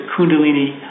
Kundalini